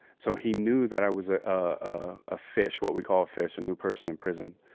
so, he knew that i was, ah, ah, a fish, what we call a fish, a new person in prison,